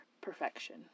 perfection